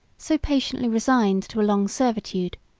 so patiently resigned to a long servitude,